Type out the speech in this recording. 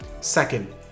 Second